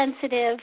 sensitive